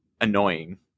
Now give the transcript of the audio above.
annoying